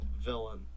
villain